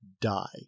die